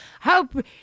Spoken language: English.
hope